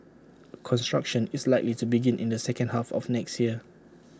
construction is likely to begin in the second half of next year